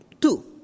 Two